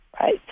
right